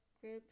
group